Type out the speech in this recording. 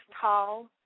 tall